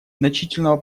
значительного